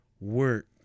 work